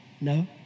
No